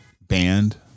band